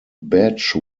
badge